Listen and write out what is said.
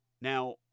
Now